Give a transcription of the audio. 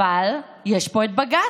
אבל יש פה בג"ץ,